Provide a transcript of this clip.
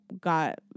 got